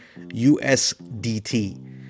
USDT